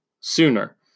sooner